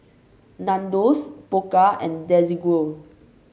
Nandos Pokka and Desigual